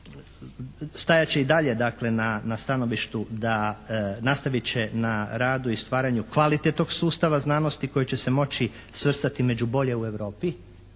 stajat će i dalje dakle na stanovištu da, nastavit će na radu i stvaranju kvalitetnog sustava znanosti koji će se moći svrstati među bolje u Europi.